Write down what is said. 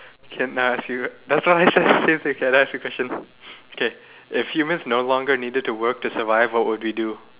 can lah ask you that's why I said can ask you a question k if humans no longer needed to work to survive what would you do